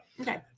Okay